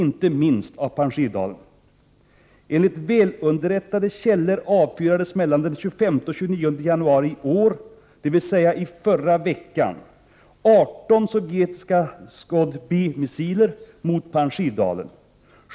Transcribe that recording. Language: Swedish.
1988/89:60 Bahlan och Takhar och inte minst av Panjshirdalen.